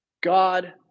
God